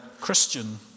Christian